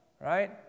Right